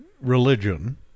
religion